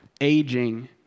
aging